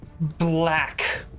black